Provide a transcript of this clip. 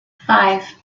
five